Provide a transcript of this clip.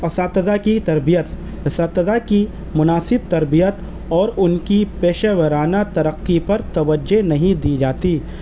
اساتذہ کی تربیت اساتذہ کی مناسب تربیت اور ان کی پیشہ وارانہ ترقی پر توجہ نہیں دی جاتی